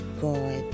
God